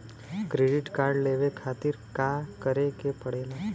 Credit card लेवे खातिर का करे के पड़ेला?